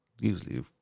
usually